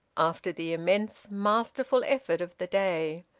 after the immense, masterful effort of the day,